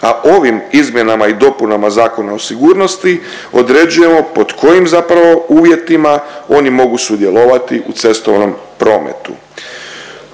a ovim izmjenama i dopunama Zakon o sigurnosti određujemo pod kojim zapravo uvjetima oni mogu sudjelovati u cestovnom prometu.